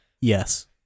Yes